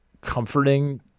comforting